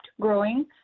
growing